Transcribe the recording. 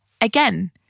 Again